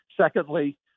Secondly